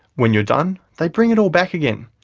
when you're done, they bring it all back again.